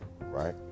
right